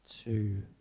two